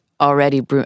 already